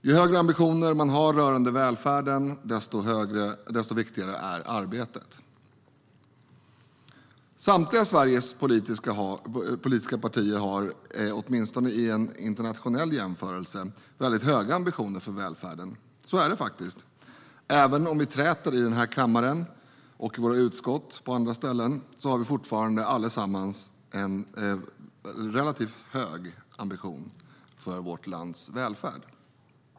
Ju högre ambitioner rörande välfärden, desto viktigare är arbetet. Samtliga Sveriges politiska partier har, åtminstone i en internationell jämförelse, väldigt höga ambitioner för välfärden. Så är det faktiskt. Även om vi träter i den här kammaren, i våra utskott och på andra ställen har vi fortfarande allesammans relativt höga ambitioner för vårt lands välfärd.